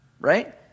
Right